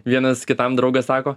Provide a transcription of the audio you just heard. vienas kitam draugas sako